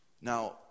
Now